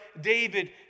David